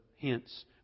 hence